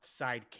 sidekick